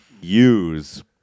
use